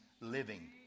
living